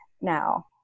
now